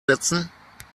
setzen